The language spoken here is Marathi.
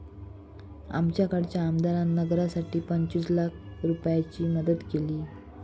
आमच्याकडच्या आमदारान नगरासाठी पंचवीस लाख रूपयाची मदत केली